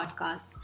podcast